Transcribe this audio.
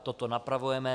Toto napravujeme.